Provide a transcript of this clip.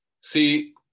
See